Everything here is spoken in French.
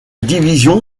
division